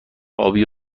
آبی